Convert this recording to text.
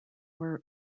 were